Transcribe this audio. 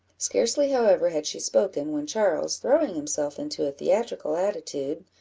scarcely, however, had she spoken, when charles, throwing himself into a theatrical attitude,